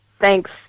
Thanks